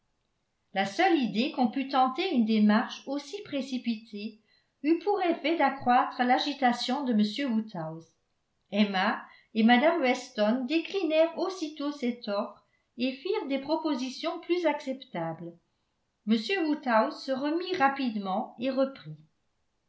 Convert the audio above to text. la seule idée qu'on pût tenter une démarche aussi précipitée eut pour effet d'accroître l'agitation de m woodhouse emma et mme weston déclinèrent aussitôt cette offre et firent des propositions plus acceptables m woodhouse se remit rapidement et reprit